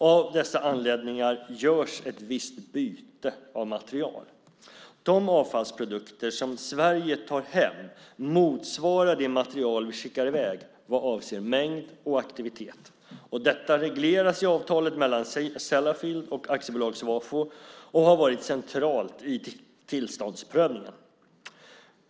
Av dessa anledningar görs ett visst byte av material. De avfallsprodukter som Sverige tar hem motsvarar det material vi skickar iväg vad avser mängd och aktivitet. Detta regleras i avtalet mellan Sellafield och AB Svafo och har varit centralt i tillståndsprövningen.